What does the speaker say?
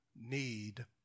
need